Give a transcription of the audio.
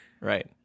Right